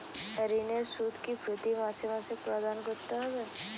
ঋণের সুদ কি প্রতি মাসে মাসে প্রদান করতে হবে?